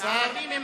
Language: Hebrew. זה הערבים הם